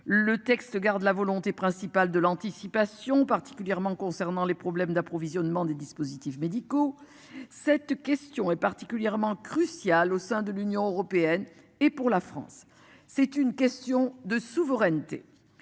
Le texte garde la volonté principal de l'anticipation particulièrement concernant les problèmes d'approvisionnement des dispositifs médicaux. Cette question est particulièrement crucial au sein de l'Union européenne et pour la France. C'est une question de souveraineté.